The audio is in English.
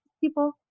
people